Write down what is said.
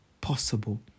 possible